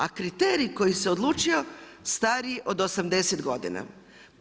A kriterij koji se odlučio stariji je od 88 godina.